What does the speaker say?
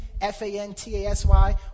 F-A-N-T-A-S-Y